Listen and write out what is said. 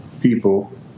people